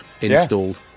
installed